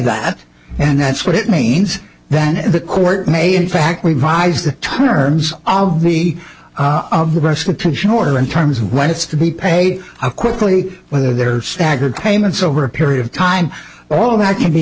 that and that's what it means that the court may in fact revise the terms of me of the restitution order in terms of when it's to be paid how quickly whether they're staggered payments over a period of time all that can be